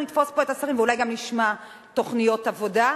אנחנו נתפוס פה את השרים ואולי גם נשמע תוכניות עבודה.